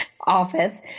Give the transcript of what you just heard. office